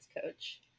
coach